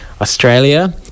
Australia